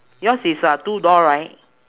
yours is a two door right